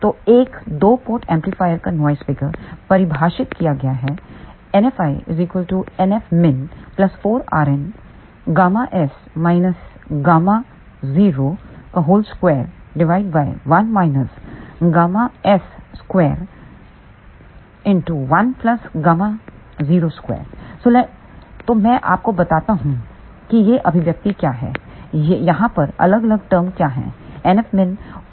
तो एक दो पोर्ट एम्पलीफायर का नॉइस फिगर परिभाषित किया गया है तो मैं आपको बताता हूं कि यह अभिव्यक्ति क्या है यहां पर अलग अलग टर्म क्या हैं